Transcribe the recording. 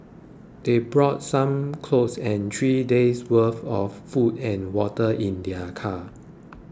they brought some clothes and three days' worth of food and water in their car